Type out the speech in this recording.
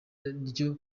ryo